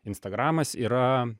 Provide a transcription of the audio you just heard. instagramas yra